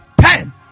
Ten